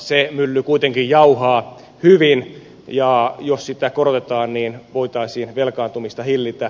se mylly kuitenkin jauhaa hyvin ja jos sitä korotetaan niin voitaisiin velkaantumista hillitä